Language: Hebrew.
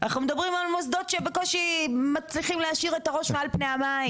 אנחנו מדברים על מוסדות שבקושי מצליחים להשאיר את הראש מעל פני המים.